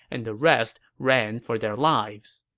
and the rest ran for their lives.